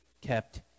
kept